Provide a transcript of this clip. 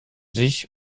sich